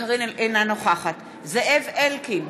אינה נוכחת זאב אלקין,